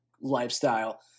lifestyle